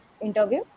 interview